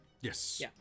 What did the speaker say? Yes